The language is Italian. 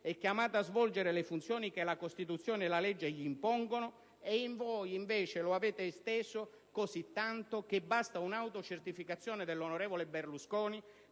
è chiamato a svolgere le funzioni che la Costituzione e la legge gli impongono; voi invece lo avete esteso così tanto che basta un'autocertificazione dell'onorevole Berlusconi